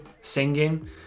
singing